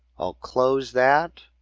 i'll close that.